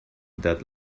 that